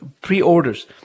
pre-orders